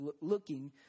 looking